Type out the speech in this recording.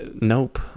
nope